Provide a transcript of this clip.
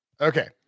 Okay